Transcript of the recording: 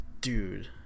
Dude